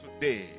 today